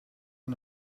wel